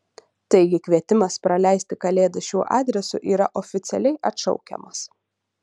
taigi kvietimas praleisti kalėdas šiuo adresu yra oficialiai atšaukiamas